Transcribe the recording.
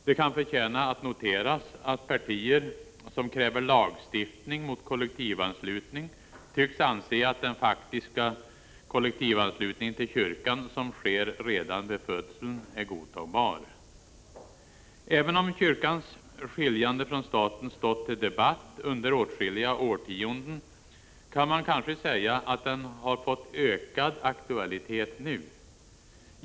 Det kan förtjäna att noteras att partier som kräver lagstiftning mot 51 kollektivanslutning tycks anse att den faktiska kollektivanslutning till kyrkan som sker redan vid födseln är godtagbar. Även om kyrkans skiljande från staten stått till debatt under åtskilliga årtionden kan man kanske säga att frågan fått ökad aktualitet nu.